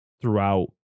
throughout